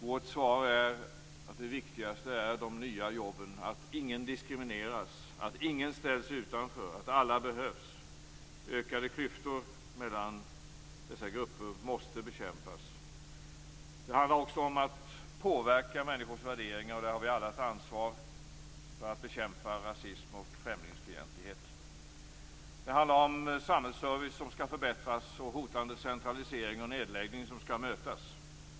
Vårt svar är att det viktigaste är de nya jobben, att ingen diskrimineras och att ingen ställs utanför utan att alla behövs. Ökade klyftor mellan dessa grupper måste bekämpas. Det handlar också om att påverka människors värderingar. Där har vi alla ett ansvar för att bekämpa rasism och främlingsfientlighet. Det handlar om samhällsservice som skall förbättras och om hotande centralisering och nedläggning som skall mötas.